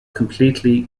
completely